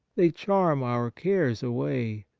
they charm our cares away,